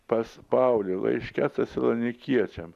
pas paulių laiške tesalonikiečiam